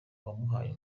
wamuhaye